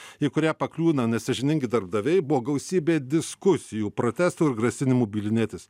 į kurią pakliūna nesąžiningi darbdaviai buvo gausybė diskusijų protestų ir grasinimų bylinėtis